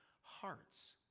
hearts